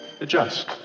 adjust